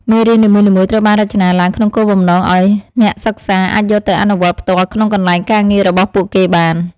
មេរៀននីមួយៗត្រូវបានរចនាឡើងក្នុងគោលបំណងឱ្យអ្នកសិក្សាអាចយកទៅអនុវត្តផ្ទាល់ក្នុងកន្លែងការងាររបស់ពួកគេបាន។